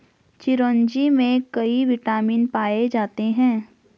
चिरोंजी में कई विटामिन पाए जाते हैं